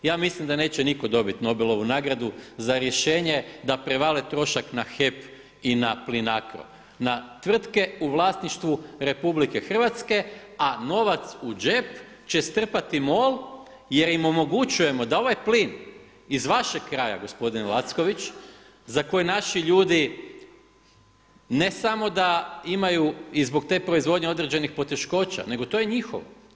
Ja mislim da neće nitko dobit Nobelovu nagradu za rješenje da prevale trošak na HEP i na Plinacro, na tvrtke u vlasništvu RH, a novac u džep će strpati MOL jer im omogućujemo da ovaj plin iz vašeg kraja gospodine Lacković za koji naši ljudi ne samo da imaju i zbog te proizvodnje određenih poteškoća, nego to je njihovo.